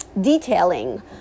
detailing